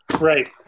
Right